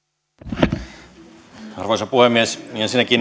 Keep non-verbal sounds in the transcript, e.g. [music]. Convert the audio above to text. arvoisa arvoisa puhemies ensinnäkin [unintelligible]